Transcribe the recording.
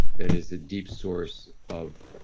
that is a deep source of